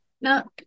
Now